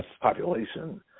population